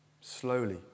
Slowly